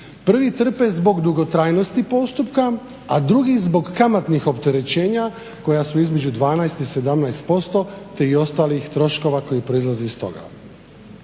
Prvi trpe zbog dugotrajnosti postupka, a drugi zbog kamatnih opterećenja koja su između 12 i 17% te i ostalih troškova koji proizlaze iz toga.